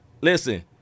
Listen